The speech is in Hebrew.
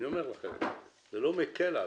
זה לא מקל עליי.